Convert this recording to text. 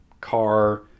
car